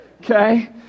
okay